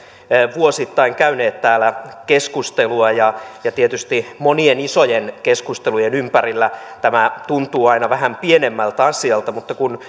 vuosittain käyneet täällä keskustelua ja ja tietysti monien isojen keskustelujen ympärillä tämä tuntuu aina vähän pienemmältä asialta mutta kun